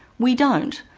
we don't,